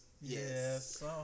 Yes